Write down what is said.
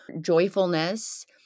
joyfulness